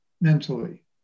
mentally